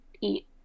eat